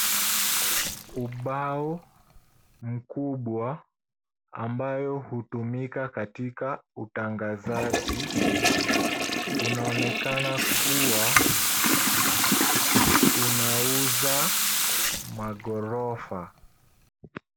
Ubao mkubwa ambayo hutumika katika utangazaji unaonekana kuwa unauza maghorofa.